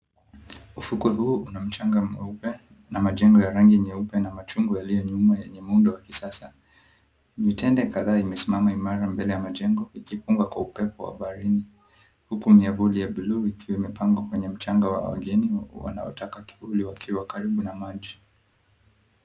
Ufukwe huu una mchanga mweupe na majengo ya rangi nyeupe na machungwa yaliyo nyuma yenye muundo wa kisasa. Mitende kadhaa imesimama imara mbele ya majengo ikipunga kwa upepo wa baharini, huku miavuli ya bluu ikiwa imepangwa kwenye mchanga wa wageni wanaotaka kivuli wakiwa karibu na maji.